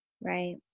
Right